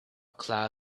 cloud